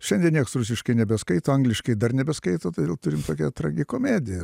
šiandien nieks rusiškai nebeskaito angliškai dar nebeskaito todėl turim tokią tragikomediją